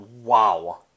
wow